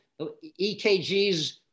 EKGs